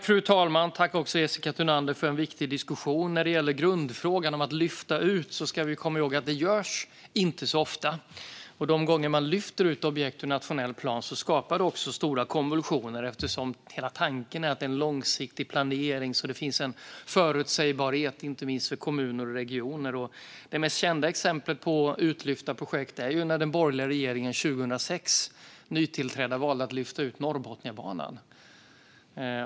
Fru talman! Tack, Jessica Thunander, för en viktig diskussion! När det gäller grundfrågan om att lyfta ut ska vi komma ihåg att det inte görs så ofta. De gånger man lyfter ut objekt ur en nationell plan skapar det stora konvulsioner eftersom hela tanken är att det är en långsiktig planering så att det finns förutsägbarhet, inte minst för kommuner och regioner. Det mest kända exemplet på utlyfta projekt är att den nytillträdda borgerliga regeringen 2006 valde att lyfta ut Norrbotniabanan.